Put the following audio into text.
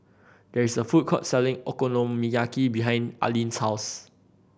there is a food court selling Okonomiyaki behind Aleen's house